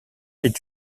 est